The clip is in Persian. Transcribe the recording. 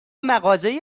مغازه